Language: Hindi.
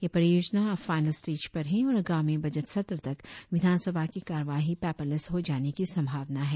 यह परियोजना अब फाईनल स्टेज पर है और आगामी बजट सत्र तक विधानसभा की कार्यवाही पेपरलेस हो जाने की संभावना है